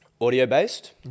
audio-based